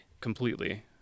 Completely